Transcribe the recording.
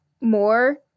more